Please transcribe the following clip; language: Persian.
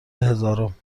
هزارم